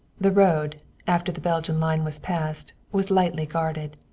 the road, after the belgian line was passed, was lightly guarded.